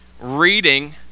reading